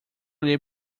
olhei